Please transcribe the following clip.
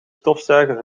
stofzuigen